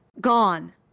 gone